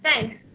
Thanks